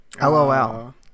LOL